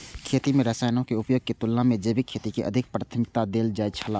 खेती में रसायनों के उपयोग के तुलना में जैविक खेती के अधिक प्राथमिकता देल जाय छला